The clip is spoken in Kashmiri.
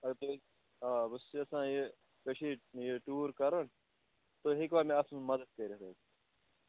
آئی تھِنک آ بہٕ چھُس یژھان یہ کشیٖرِِ یہِ ٹیٛوٗر کَرُن تُہۍ ہٮ۪کِوا مےٚ اَتھ منٛز مدتھ کٔرِتھ حَظ